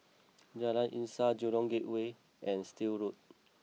Jalan Insaf Jurong Gateway and Still Road